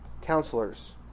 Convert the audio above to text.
counselors